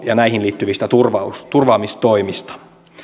ja näihin liittyvistä turvaamistoimista